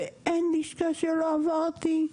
ואין לשכה שלא עברתי,